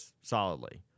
solidly